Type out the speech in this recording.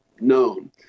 known